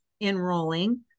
enrolling